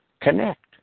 connect